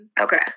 Okay